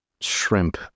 shrimp